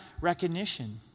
recognition